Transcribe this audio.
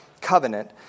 covenant